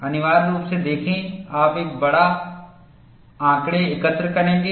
अनिवार्य रूप से देखें आप एक बड़ा आंकड़े एकत्र करेंगे